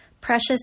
Precious